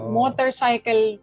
motorcycle